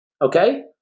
okay